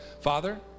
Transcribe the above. Father